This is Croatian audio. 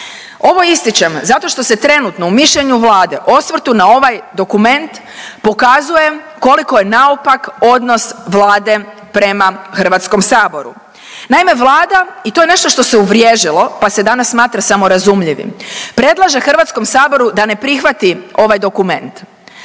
Ovo ističem zato što se trenutno u mišljenju Vlade, osvrtu na ovaj dokument pokazuje koliko je naopak odnos Vlade prema Hrvatskom saboru. Naime, Vlada i to je nešto se uvriježilo pa se danas smatra samorazumljivim, predlaže Hrvatskom saboru da ne prihvati ovaj dokument.